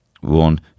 one